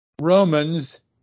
Romans